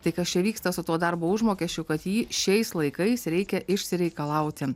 tai kas čia vyksta su tuo darbo užmokesčiu kad jį šiais laikais reikia išsireikalauti